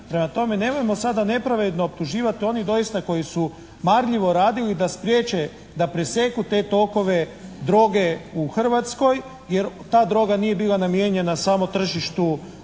Prema tome, nemojmo sada nepravedno optuživati, oni doista koji su marljivo radili da spriječe, da presjeku te tokove droge u Hrvatskoj jer ta droga nije bila namijenjena samo tržištu naše